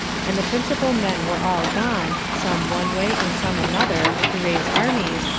and the principal men were all gone, some one way, and some another, to raise armies,